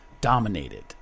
dominated